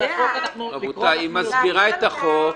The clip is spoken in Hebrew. רבותי, היא מסבירה את החוק.